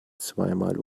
zweimal